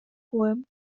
poem